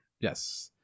Yes